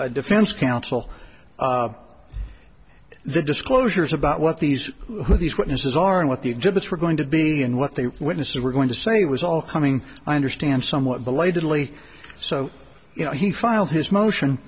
the defense counsel the disclosures about what these these witnesses are and what the exhibits were going to be and what they witnesses were going to say was all coming i understand somewhat belatedly so you know he filed his motion